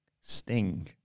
Sting